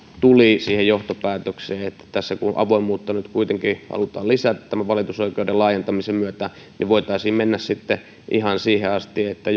tuli siihen johtopäätökseen että tässä kun avoimuutta nyt kuitenkin halutaan lisätä tämän valitusoikeuden laajentamisen myötä niin voitaisiin mennä sitten ihan siihen asti että